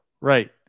Right